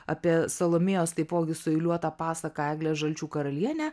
apie salomėjos taipogi sueiliuotą pasaką eglė žalčių karalienė